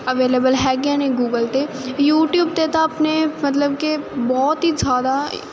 available ਹੈਗੀਆਂ ਨੇ Google 'ਤੇ ਯੂਟੀਊਬ 'ਤੇ ਤਾਂ ਆਪਣੇ ਮਤਲਬ ਕਿ ਬਹੁਤ ਹੀ ਜ਼ਿਆਦਾ